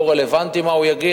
לא רלוונטי מה הוא יגיד,